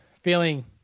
feeling